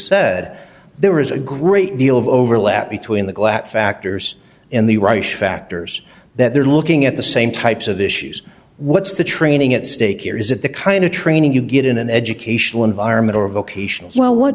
said there is a great deal of overlap between the glatt factors in the rush factors that they're looking at the same types of issues what's the training at stake here is it the kind of training you get in an educational environment or vocational well what